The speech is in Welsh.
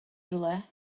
rhywle